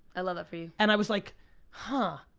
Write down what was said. i love that for you. and i was like huh,